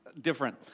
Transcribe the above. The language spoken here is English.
different